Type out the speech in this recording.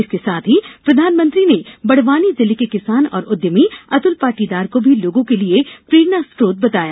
इसके साथ ही प्रधानमंत्री ने बड़वानी जिले के किसान और उद्यमी अतूल पाटीदार को भी लोगों के लिए प्रेरणास्रोत बताया